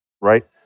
right